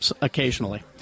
occasionally